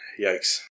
yikes